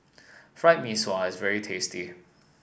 Fried Mee Sua is very tasty